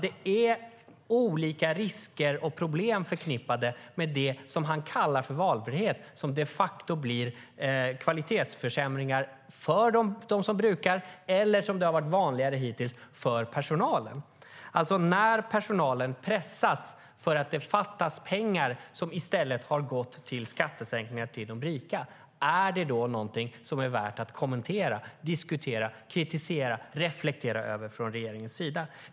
Det är olika risker och problem förknippade med det som han kallar för valfrihet, som de facto blir kvalitetsförsämringar för brukarna eller, som har varit vanligare hittills, för personalen. Är det, när personalen pressas för att det fattas pengar som i stället har gått till skattesänkningar till de rika, någonting som är värt att kommentera, diskutera, kritisera och reflektera över från regeringens sida?